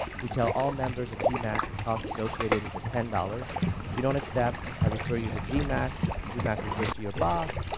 we tell all members of gmac the cost negotiated is at ten dollars if you don't accept i refer you to gmac, gmac refers to your boss,